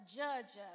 judge